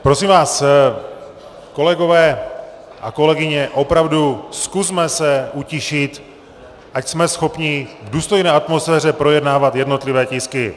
Prosím vás, kolegové a kolegyně, opravdu zkusme se utišit, ať jsme schopni v důstojné atmosféře projednávat jednotlivé tisky.